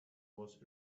was